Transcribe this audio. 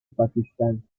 pakistán